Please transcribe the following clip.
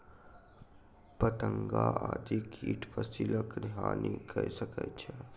पतंगा आदि कीट फसिलक हानि कय सकै छै